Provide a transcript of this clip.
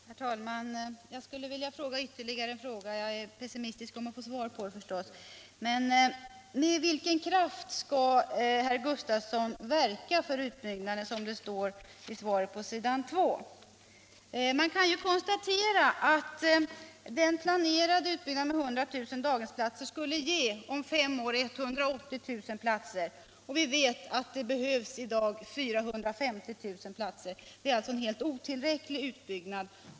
Herr talman! Jag skulle vilja ställa ytterligare en fråga ehuru jag är pessimistisk beträffande möjligheten att jag får svar på den. Med vilken kraft skall herr Gustavsson verka för utbyggnaden, som det står om i svaret? Man kan konstatera att den planerade utbyggnaden med 100 000 daghemsplatser skulle ge 180 000 platser om fem år, och vi vet att det i dag behövs 450 000 platser. Detta är alltså en helt otillräcklig utbyggnad.